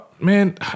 Man